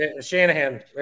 Shanahan